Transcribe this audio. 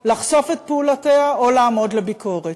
לחשוף את פעולותיה או לעמוד לביקורת.